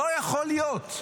לא יכול להיות.